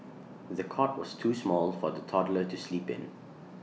the cot was too small for the toddler to sleep in